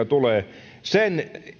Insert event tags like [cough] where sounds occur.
[unintelligible] tulee uusia investointeja